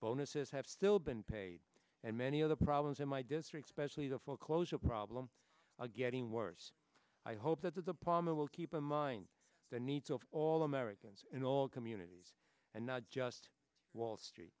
bonuses have still been paid and many other problems in my district specially the foreclosure problem are getting worse i hope that the palmer will keep in mind the needs of all americans in all communities and not just wall street